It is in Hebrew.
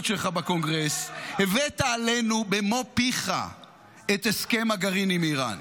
שלך בקונגרס הבאת עלינו במו פיך את הסכם הגרעין עם איראן.